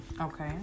Okay